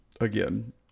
again